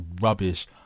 rubbish